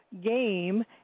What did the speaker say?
game